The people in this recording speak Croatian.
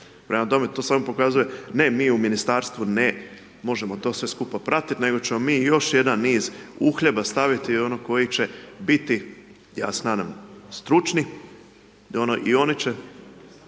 Prema tome, to samo pokazuje ne mi u Ministarstvu ne možemo to sve skupa pratiti, nego ćemo mi još jedan niz uhljeba staviti koji će biti, ja se nadam, stručni, i oni će